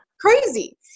crazy